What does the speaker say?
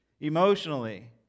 emotionally